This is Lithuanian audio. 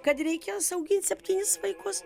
kad reikės augint septynis vaikus